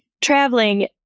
traveling